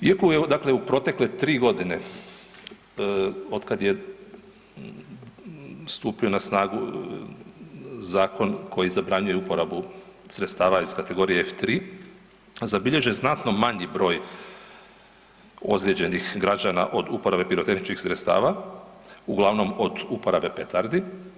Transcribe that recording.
Iako je dakle u protekle 3.g. otkad je stupio na snagu zakon koji zabranjuje uporabu sredstava iz kategorije F-3 zabilježen znatno manji broj ozlijeđenih građana od uporabe pirotehničkih sredstava uglavnom od uporabe petardi.